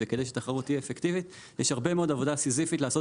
וכדי שתחרות תהיה אפקטיבית יש הרבה מאוד עבודה סיזיפית לעשות